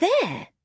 there